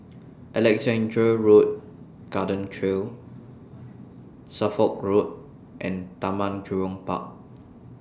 Alexandra Road Garden Trail Suffolk Road and Taman Jurong Park